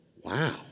Wow